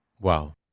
wow